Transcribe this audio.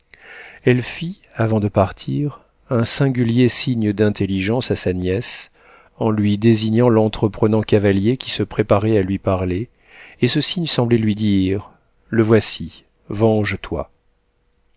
elle fit avant de partir un singulier signe d'intelligence à sa nièce en lui désignant l'entreprenant cavalier qui se préparait à lui parler et ce signe semblait lui dire le voici venge-toi